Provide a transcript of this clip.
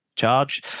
charge